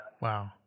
wow